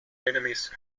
enemies